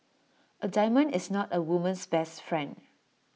A diamond is not A woman's best friend